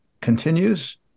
continues